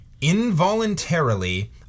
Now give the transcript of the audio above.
Involuntarily